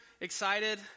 Excited